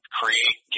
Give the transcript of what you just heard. create